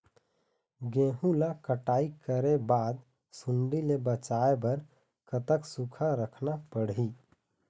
गेहूं ला कटाई करे बाद सुण्डी ले बचाए बर कतक सूखा रखना पड़ही?